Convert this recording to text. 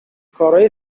کارای